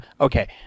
okay